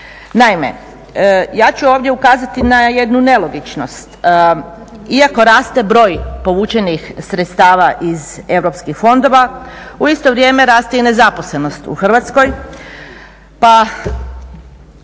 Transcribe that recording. Naime, ja ću ovdje ukazati na jednu nelogičnost. Iako raste broj povučenih sredstava iz europskih fondova u isto vrijeme raste i nezaposlenost u Hrvatskoj.